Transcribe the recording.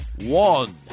One